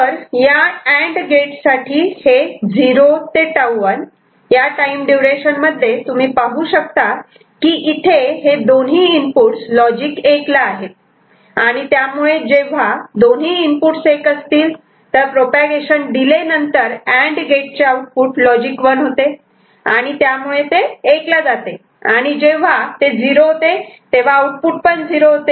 तर या and gate साठी हे 0 ते τ1 या टाईम ड्युरेशन मध्ये तुम्ही पाहू शकतात की इथे हे दोन्ही इनपुटस लॉजिक 1 ला आहेत आणि त्यामुळे जेव्हा दोन्ही इनपुटस 1 असतील तर प्रोपागेशन डिले नंतर अँड गेटचे चे आउटपुट लॉजिक 1 होते आणि त्यामुळे ते 1 ला जाते आणि जेव्हा ते 0 होते तेव्हा आउटपुट पण 0 होते